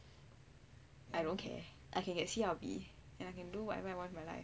I don't care I can get C or B then I can do whatever I want with my life